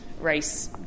race